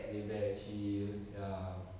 laid back chill ya